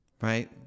Right